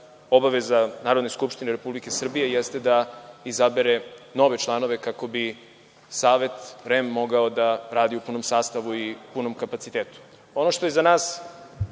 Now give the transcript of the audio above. obaveza Narodne skupštine Republike Srbije, jeste da izaberemo nove članove kako bi Savet, REM mogao da radi u punom sastavu i punom kapacitetu. U skladu sa tim,